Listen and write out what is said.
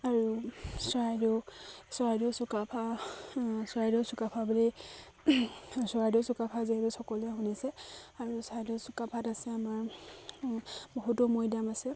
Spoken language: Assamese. আৰু চৰাইদেউ চৰাইদেউ চুকাফা চৰাইদেউ চুকাফা বুলি চৰাইদেউ চুকাফা যিহেতু সকলোৱে শুনিছে আৰু চৰাইদেউ চুকাফাত আছে আমাৰ বহুতো মৈদাম আছে